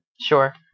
Sure